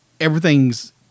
everything's